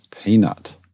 Peanut